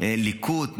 ליקוט,